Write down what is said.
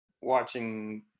watching